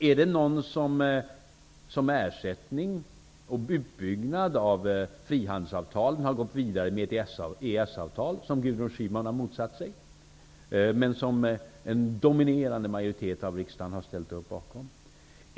Är det någon som, som ersättning för eller utbyggnad av frihandelsavtalet, har gått vidare med EES-avtal, som Gudrun Schyman har motsatt sig, men som en dominerande majoritet av riksdagen har ställt upp bakom?